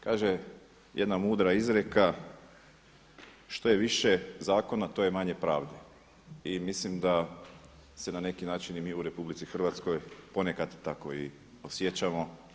Kaže jedna mudra izreka što je više zakona to je manje pravde i mislim da se na neki način i mi u RH ponekad tako i osjećamo.